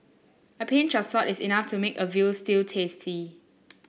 a pinch of salt is enough to make a veal stew tasty